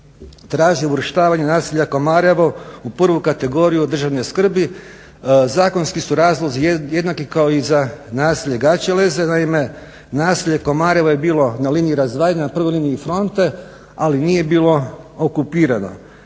traži uvrštavanje naselja Komarevo u prvu kategoriju državne skrbi. Zakonski su razlozi jednaki kao i za naselje Gaćeleze. Naime, naselje Komarevo je bilo na liniji razdvajanja, na prvoj liniji fronte ali nije bilo okupirano.